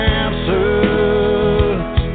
answers